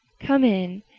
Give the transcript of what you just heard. come in.